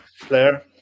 player